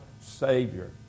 Savior